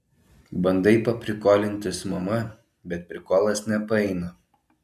bandai paprikolinti su mama bet prikolas nepaeina